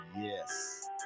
Yes